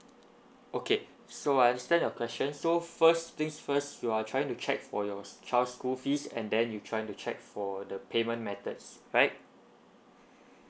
okay so I understand your questions so first thing first you are trying to check for your child school fees and then you trying to check for the payment methods right